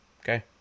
Okay